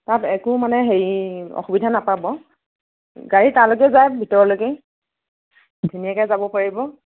তাত একো মানে হেৰি অসুবিধা নাপাব গাড়ী তালৈকে যায় ভিতৰলৈকে ধুনীয়াকৈ যাব পাৰিব